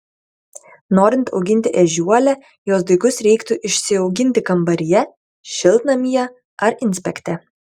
norint auginti ežiuolę jos daigus reiktų išsiauginti kambaryje šiltnamyje ar inspekte